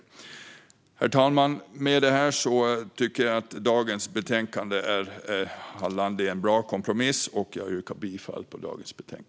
Herr talman! Jag tycker att dagens betänkande har landat i en bra kompromiss. Jag yrkar bifall till utskottets förslag.